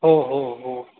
हो हो हो